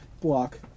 block